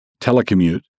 telecommute